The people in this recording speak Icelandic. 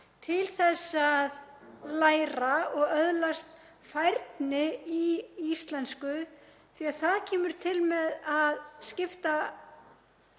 til að læra og öðlast færni í íslensku. Það kemur til með að skipta